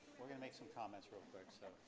we're gonna make some comments real quick so,